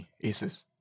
ACES